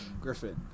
Griffin